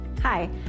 Hi